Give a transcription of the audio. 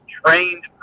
trained